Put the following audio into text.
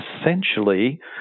essentially